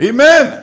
Amen